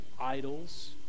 idols